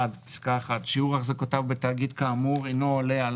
שיעור החזקותיו בתאגיד כאמור אינו עולה על